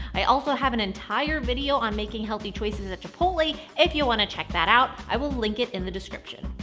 i also have an entire video on making healthy choices at chipotle. if you wanna check that out, i will link it in the description.